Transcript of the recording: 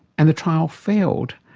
and the trial failed.